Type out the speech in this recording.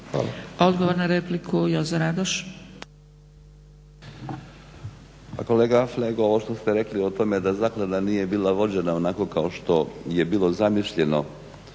Radoš. **Radoš, Jozo (HNS)** Kolega Flego, ovo što ste rekli o tome Da zaklada nije bila vođena onako kao što je bilo zamišljeno,